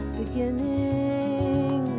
beginning